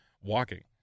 walking